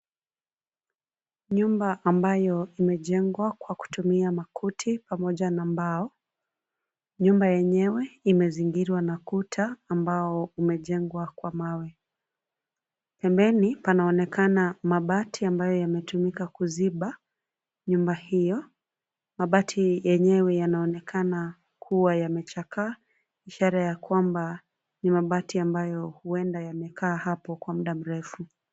Nyumba ambayo imejengwa kwa kutumia makuti pamoja na mbao. Nyumba yenyewe imezingirwa na kuta, ambao umejengwa kwa mawe. Pembeni panaonekana mabati ambayo yametumika kuziba, nyumba hiyo. Mabati yenyewe yanaoonekana kuwa yamechakaa, ishara ya kwamba, ni mabati ambayo, huenda yamekaa hapo kwa muda mrefu.